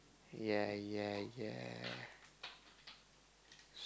ya ya ya